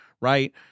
right